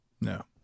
No